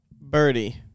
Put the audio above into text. Birdie